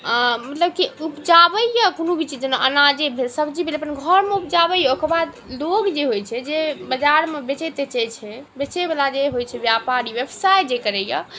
मतलब कि उपजाबैए कोनो भी चीज जेना अनाजे भेल सब्जी भेल अपन घरमे उपजाबैए ओकर बाद लोक जे होइ छै जे बजारमे बेचै तेचै छै बेचैवला जे होइ छै बेपारी बेवसाय जे करैए